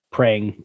praying